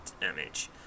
damage